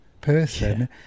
person